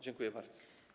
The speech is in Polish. Dziękuję bardzo.